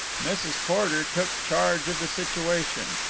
mrs. porter took charge of the situation.